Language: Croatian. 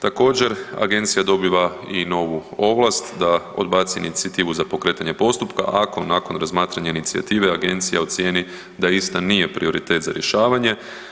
Također agencija dobiva i novu ovlast da odbaci inicijativu za pokretanje postupka ako nakon razmatranja inicijative agencija ocijeni da ista nije prioritet za rješavanje.